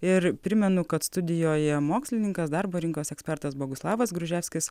ir primenu kad studijoje mokslininkas darbo rinkos ekspertas boguslavas gruževskis